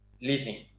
living